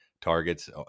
targets